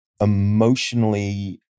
emotionally